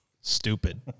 Stupid